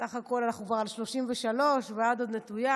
סך הכול אנחנו כבר על 33, והיד עוד נטויה.